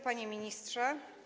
Panie Ministrze!